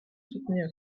soutenir